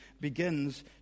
begins